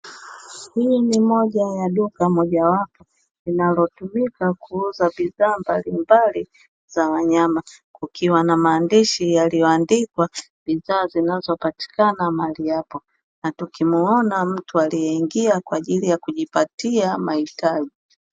Hii ni moja ya duka mojawapo inayotumika kuuza bidhaa mbalimbali za wanyama kukiwa na maandishi yaliyoandikwa, bidhaa zinazopatikana mahali yapo na tukimuona mtu aliyeingia kwa ajili ya kujipatia mahitaji.